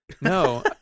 no